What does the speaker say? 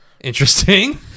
interesting